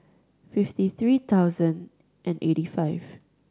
fifty three thousand and eighty five